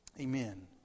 amen